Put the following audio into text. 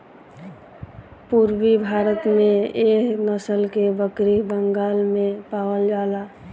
पूरबी भारत में एह नसल के बकरी बंगाल में पावल जाला